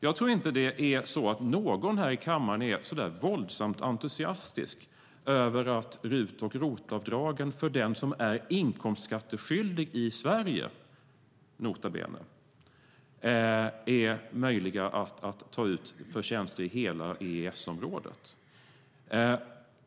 Jag tror inte att någon här i kammaren är så där våldsamt entusiastisk över att RUT och ROT-avdragen för den som är inkomstskatteskyldig i Sverige, nota bene, är möjliga att göra för tjänster i hela EES-området.